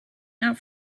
not